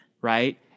Right